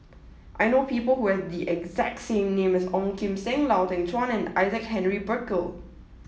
I know people who have the exact name as Ong Kim Seng Lau Teng Chuan and Isaac Henry Burkill